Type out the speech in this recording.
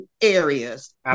areas